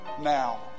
Now